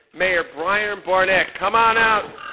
mayor bryan barnett. come on out,